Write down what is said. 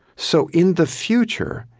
so, in the future,